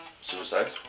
Suicide